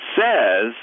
says